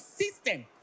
system